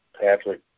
Patrick